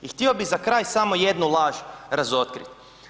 I htio bi za kraj samo jednu laž razotkrit.